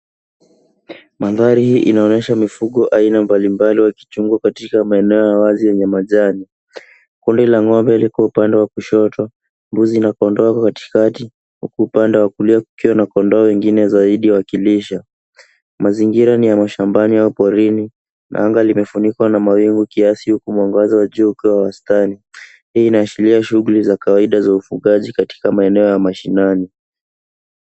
Mandhari inaonesha mifugo aina mbalimbali wakichungwa katika maeneo ya wazi yenye majani. Kundi la ng'ombe liko upande wa kushoto, mbuzi na kondoo wako kati kati, upande wa kulia kukiwa na kondoo wengine zaidi wakilisha. Mazingira ni ya mashambani au porini, na anga limefunikwa na mawingu kiasi huku mwangaza wa juu ukiwa wastani. Hii inaashiria shughuli za kawaida za ufugaji katika maeneo ya mashinani.